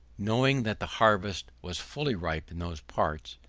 knowing that the harvest was fully ripe in those parts,